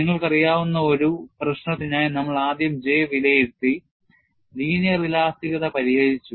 നിങ്ങൾക്കറിയാവുന്ന ഒരു പ്രശ്നത്തിനായി നമ്മൾ ആദ്യം J വിലയിരുത്തി ലീനിയർ ഇലാസ്തികത പരിഹരിച്ചു